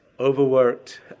overworked